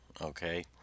okay